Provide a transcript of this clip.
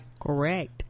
correct